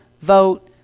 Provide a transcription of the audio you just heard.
Vote